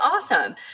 Awesome